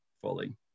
fully